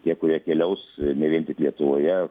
tie kurie keliaus ne vien tik lietuvoje